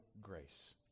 grace